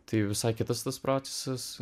tai visai kitas tas procesas